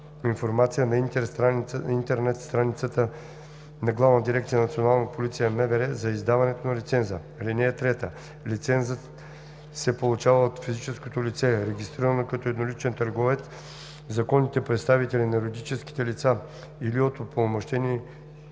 информация на интернет страницата на Главна дирекция „Национална полиция“ – МВР, за издаването на лиценза. (3) Лицензът се получава от физическото лице, регистрирано като едноличен търговец, законните представители на юридическите лица или от упълномощени